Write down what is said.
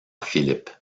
philippe